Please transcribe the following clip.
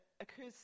occurs